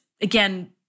again